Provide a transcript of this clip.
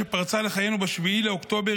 שפרצה לחיינו ב-7 באוקטובר,